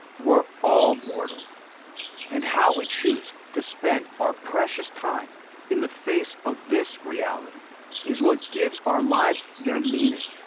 we're all mortal and how we choose to spend our precious time in the face of this reality is what gives our lives their meaning.